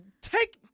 take